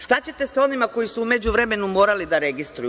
Šta ćete sa onima koji su u međuvremenu morali da registruju?